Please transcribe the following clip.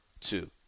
two